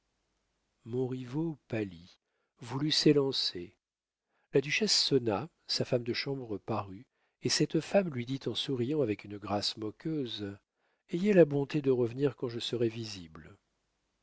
tranquille montriveau pâlit voulut s'élancer la duchesse sonna sa femme de chambre parut et cette femme lui dit en souriant avec une grâce moqueuse ayez la bonté de revenir quand je serai visible